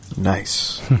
Nice